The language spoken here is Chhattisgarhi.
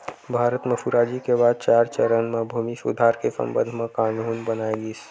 भारत म सुराजी के बाद चार चरन म भूमि सुधार के संबंध म कान्हून बनाए गिस